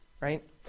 Right